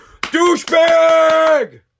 Douchebag